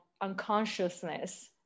unconsciousness